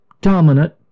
dominant